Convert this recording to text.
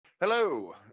Hello